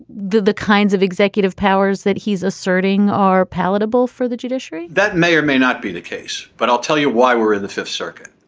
the the kinds of executive powers that he's asserting are palatable for the judiciary that may or may not be the case but i'll tell you why we're in the fifth circuit.